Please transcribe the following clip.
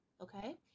Okay